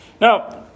Now